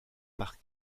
par